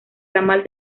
ramal